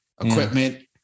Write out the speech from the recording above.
equipment